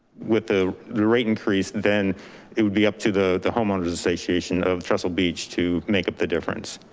with the rate increase, then it would be up to the the homeowners association of trestle beach to make up the difference.